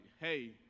hey